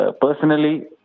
personally